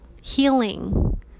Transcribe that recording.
healing